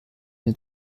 den